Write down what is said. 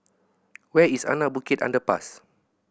where is Anak Bukit Underpass